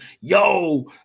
yo